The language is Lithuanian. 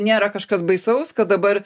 nėra kažkas baisaus kad dabar